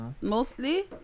mostly